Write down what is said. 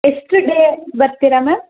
ಎಷ್ಟು ಡೇ ಬರ್ತೀರ ಮ್ಯಾಮ್